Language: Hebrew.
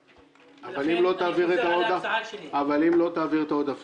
אם לא תעביר את העודפים,